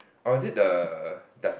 or is it the